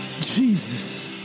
Jesus